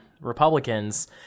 Republicans